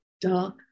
dark